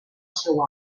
seu